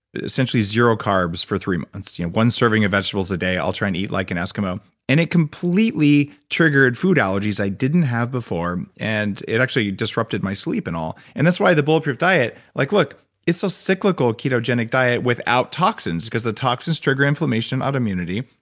essentially zero carbs for three months. one serving of vegetables a day, i'll try and eat like an eskimo and it completely triggered food allergies i didn't have before. it actually disrupted my sleep and all, and that's why the bulletproof diet, like look, it's a so cyclical ketogenic diet without toxins, because the toxins trigger inflammation autoimmunity.